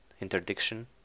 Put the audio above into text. interdiction